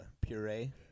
puree